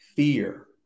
Fear